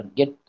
get